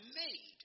made